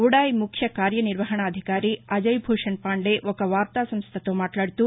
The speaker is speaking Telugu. ఉడాయ్ ముఖ్య కార్యనిర్వహణాధికారి అజయ్భూషణ్ పాందే ఒక వార్తాసంస్టతో మాట్లాడుతూ